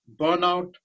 burnout